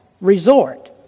resort